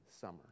summer